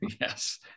Yes